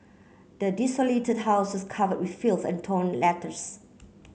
the desolated house was covered in filth and torn letters